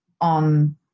on